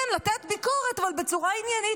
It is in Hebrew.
כן, לתת ביקורת, אבל בצורה עניינית.